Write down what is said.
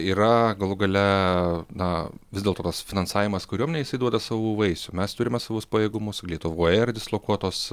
yra galų gale na vis dėlto tas finansavimas kariuomenei jisai duoda savų vaisių mes turime savus pajėgumus lietuvoje yra dislokuotos